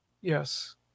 Yes